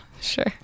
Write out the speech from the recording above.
sure